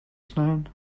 knallen